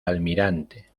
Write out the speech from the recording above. almirante